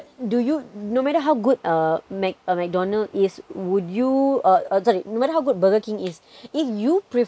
do you no matter how good uh mc~ McDonald is would you uh uh sorry no matter how good burger king is if you prefer